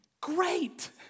great